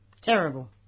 Terrible